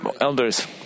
elders